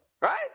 Right